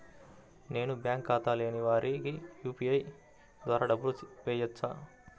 నేను బ్యాంక్ ఖాతా లేని వారికి యూ.పీ.ఐ ద్వారా డబ్బులు వేయచ్చా?